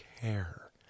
care